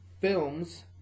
films